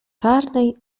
czarnej